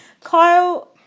Kyle